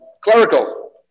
clerical